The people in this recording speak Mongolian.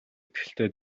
итгэлтэй